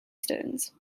stones